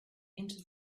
into